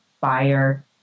fire